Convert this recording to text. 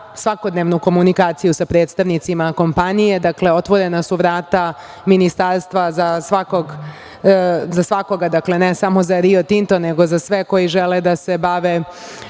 svakodnevnu komunikaciju sa predstavnicima kompanije i otvorena su vrata Ministarstva za svakoga, ne samo za Rio Tinto, nego za sve koji žele da se bave